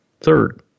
Third